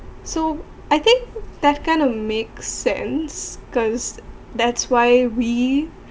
so I think that kind of make sense cause that's why we